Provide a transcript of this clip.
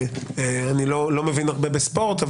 אני לא מבין הרבה בספורט,